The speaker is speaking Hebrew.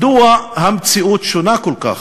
מדוע המציאות שונה כל כך?